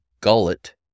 gullet